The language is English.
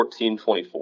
1424